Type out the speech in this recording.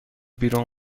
بیرون